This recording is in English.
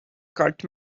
cut